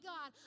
God